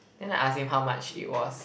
then I ask him how much it was